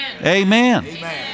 Amen